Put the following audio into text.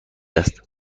است